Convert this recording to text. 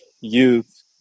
youth